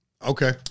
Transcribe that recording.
Okay